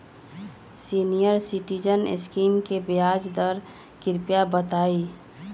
senior citizen scheme के ब्याज दर कृपया बताईं